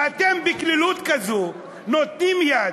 ואתם, בקלילות כזאת, נותנים יד.